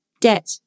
debt